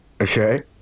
okay